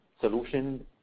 solution